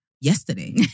yesterday